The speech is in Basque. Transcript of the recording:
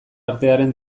artearen